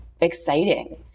exciting